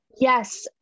yes